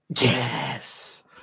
yes